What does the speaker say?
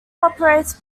operates